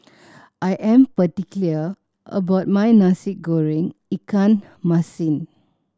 I am particular about my Nasi Goreng ikan masin